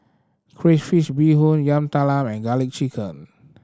crayfish beehoon Yam Talam and Garlic Chicken